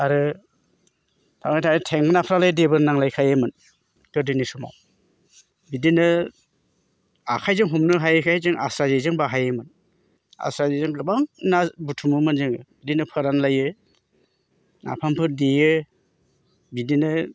आरो थाङै थाङै थेंगोनाफ्रालाय देबोर नांलायखायोमोन गोदोनि समाव बिदिनो आखायजों हमनो हायैखाय जों आस्रा जेजों बाहायोमोन आस्रा जेजों गोबां ना बुथुमोमोन जोङो बिदिनो फोरानलायो नाफामफोर देयो बिदिनो